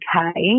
okay